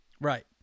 Right